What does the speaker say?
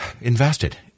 invested